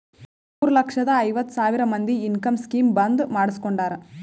ಮೂರ ಲಕ್ಷದ ಐವತ್ ಸಾವಿರ ಮಂದಿ ಇನ್ಕಮ್ ಸ್ಕೀಮ್ ಬಂದ್ ಮಾಡುಸ್ಕೊಂಡಾರ್